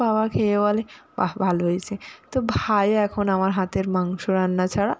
বাবা খেয়ে বলে বাহ ভালো হয়েছে তো ভাই এখন আমার হাতের মাংস রান্না ছাড়া